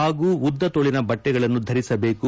ಹಾಗೂ ಉದ್ದತೋಳನ ಬಟ್ಟೆಗಳನ್ನು ಧರಿಸಬೇಕು